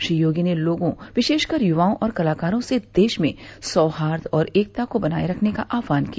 श्री योगी ने लोगों विशेषकर युवाओं और कलाकारों से देश में सौहार्द और एकता को बनाये रखने का आहवान किया